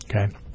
Okay